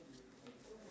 relax